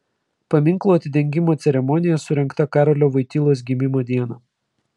paminklo atidengimo ceremonija surengta karolio voitylos gimimo dieną